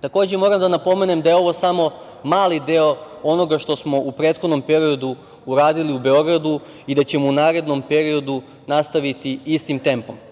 Takođe, moram da napomenem da je ovo samo mali deo onoga što smo u prethodnom periodu uradili u Beogradu i da ćemo u narednom periodu nastaviti istim tempom.